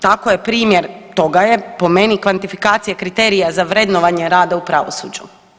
Tako je, primjer toga je, po meni, kvantifikacija kriterija za vrednovanje rada u pravosuđu.